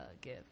give